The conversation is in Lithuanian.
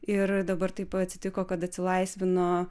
ir dabar taip atsitiko kad atsilaisvino